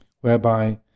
whereby